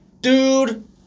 dude